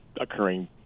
occurring